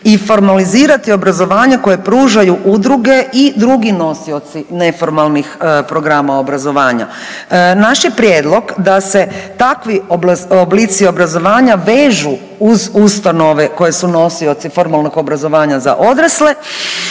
i formalizirati obrazovanje koje pružaju udruge i drugi nosioci neformalnih programa obrazovanja. Naš je prijedlog da se takvi oblici obrazovanja vežu uz ustanove koje su nosioci formalnog obrazovanja za odrasle,